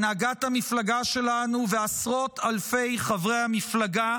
הנהגת המפלגה שלנו ועשרות אלפי חברי המפלגה,